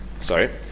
Sorry